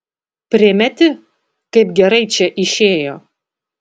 primeti kaip gerai čia išėjo